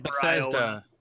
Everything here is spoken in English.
Bethesda